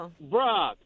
Bro